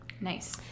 Nice